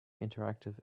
interactive